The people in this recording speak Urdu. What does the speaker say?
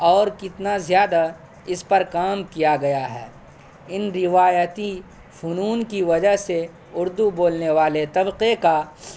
اور کتنا زیادہ اس پر کام کیا گیا ہے ان روایتی فنون کی وجہ سے اردو بولنے والے طبقے کا